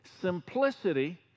simplicity